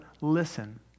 listen